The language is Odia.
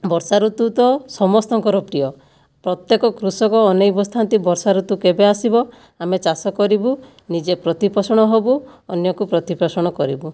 ବର୍ଷା ଋତୁ ତ ସମସ୍ତଙ୍କର ପ୍ରିୟ ପ୍ରତ୍ୟେକ କୃଷକ ଅନାଇ ବସିଥା'ନ୍ତି ବର୍ଷା ଋତୁ କେବେ ଆସିବ ଆମେ ଚାଷ କରିବୁ ନିଜେ ପ୍ରତିପୋଷଣ ହେବୁ ଅନ୍ୟକୁ ପ୍ରତିପୋଷଣ କରିବୁ